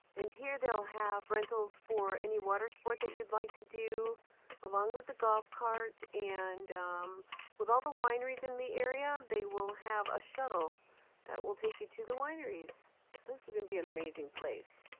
and here they'll have rentals for any water sport that you'd like to do along with the golf cart. and um with all the wineries in the area, they will have a shuttle that will take you to the wineries. so this is gonna be an amazing place.